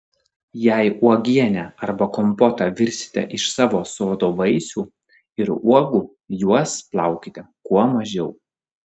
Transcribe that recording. jei uogienę arba kompotą virsite iš savo sodo vaisių ir uogų juos plaukite kuo mažiau